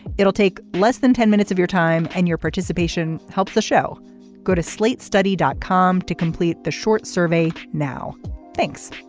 it'll take less than ten minutes of your time and your participation helps the show go to slate study dot com to complete the short survey now thanks